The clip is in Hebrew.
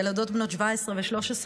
ילדות בנות 17 ו-13,